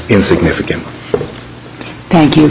in significant thank you